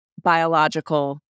biological